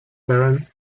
baron